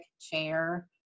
chair